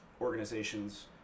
organizations